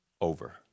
over